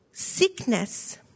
sickness